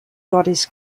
goddess